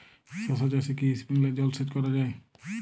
শশা চাষে কি স্প্রিঙ্কলার জলসেচ করা যায়?